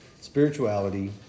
spirituality